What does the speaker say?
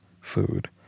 food